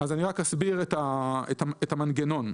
אסביר את המנגנון.